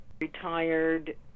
retired